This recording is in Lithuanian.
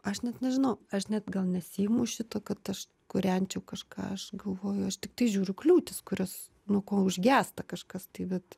aš net nežinau aš net gal nesiimu šito kad aš kūrenčiau kažką aš galvoju aš tiktai žiūriu kliūtis kurios nu kol užgęsta kažkas tai bet